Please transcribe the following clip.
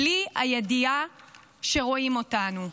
בלי הידיעה שרואים אותנו?"